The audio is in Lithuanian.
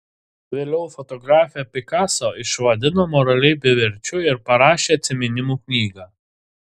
vėliau fotografė picasso išvadino moraliai beverčiu ir parašė atsiminimų knygą